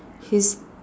his